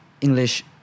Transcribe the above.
English